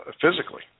physically